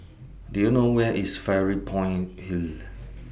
Do YOU know Where IS Fairy Point Hill